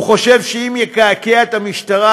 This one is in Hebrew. הוא חושב שאם יקעקע את המשטרה,